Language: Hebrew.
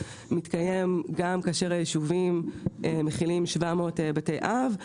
מתקיים גם כאשר היישובים מכילים 700 בתי אב.